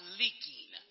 leaking